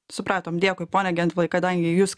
supratom dėkui pone gentvilai kadangi jus